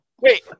Wait